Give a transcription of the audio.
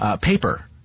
paper